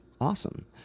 Awesome